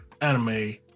anime